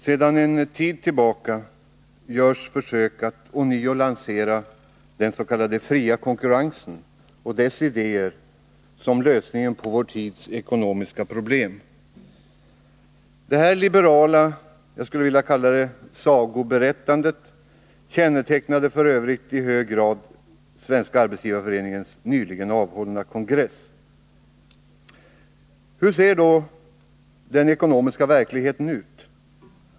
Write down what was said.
Herr talman! Sedan en tid tillbaka görs försök att ånyo lansera den s.k. fria konkurrensen och dess idéer som lösningen på vår tids ekonomiska problem. Detta liberala — jag vill kalla det så — sagoberättande kännetecknade f. ö. i hög grad Svenska arbetsgivareföreningens nyligen hållna kongress. Hur ser då den ekonomiska verkligheten ut?